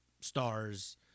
stars